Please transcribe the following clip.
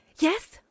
Yes